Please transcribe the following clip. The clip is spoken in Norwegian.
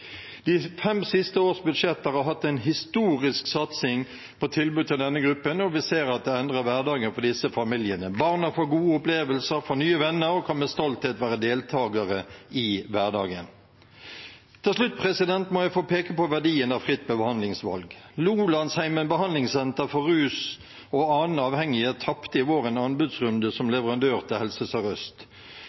De fem siste års budsjetter har hatt en historisk satsing på tilbud til denne gruppen, og vi ser at det endrer hverdagen for disse familiene. Barna får gode opplevelser, nye venner og kan med stolthet være deltagere i hverdagen. Til slutt må jeg få peke på verdien av fritt behandlingsvalg. Lolandsheimen behandlingssenter for rus og annen avhengighet tapte i vår en anbudsrunde som leverandør til Helse